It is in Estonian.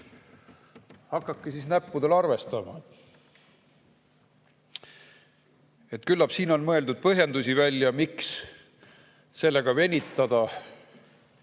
Hakake näppudel arvestama. Küllap siin on mõeldud põhjendusi välja, miks sellega venitada.